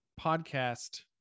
podcast